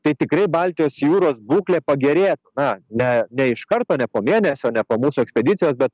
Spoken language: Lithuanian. tai tikrai baltijos jūros būklė pagerės na ne ne iš karto ne po mėnesio ne po mūsų ekspedicijos bet